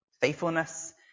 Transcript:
Faithfulness